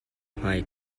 hmai